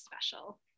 special